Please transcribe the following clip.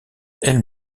elle